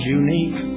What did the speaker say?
unique